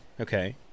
Okay